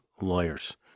lawyers